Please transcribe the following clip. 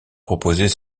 proposait